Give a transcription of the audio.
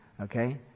okay